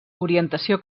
orientació